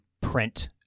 print